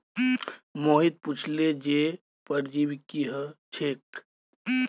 मोहित पुछले जे परजीवी की ह छेक